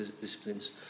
disciplines